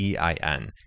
EIN